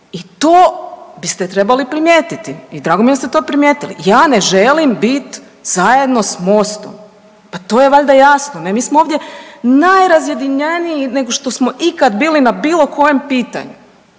i to biste trebali primijetiti i drago mi je da ste to primijetili. Ja ne želim biti zajedno s MOST-om, pa to je valjda jasno. Mi smo ovdje najrazjedinjeniji nego što smo ikad bili na bilo kojem pitanju.